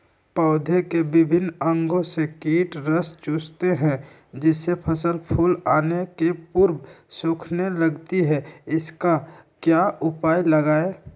पौधे के विभिन्न अंगों से कीट रस चूसते हैं जिससे फसल फूल आने के पूर्व सूखने लगती है इसका क्या उपाय लगाएं?